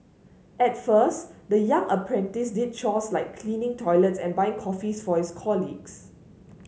at first the young apprentice did chores like cleaning toilets and buying coffees for his colleagues